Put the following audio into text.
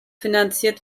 finanziert